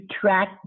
track